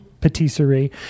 patisserie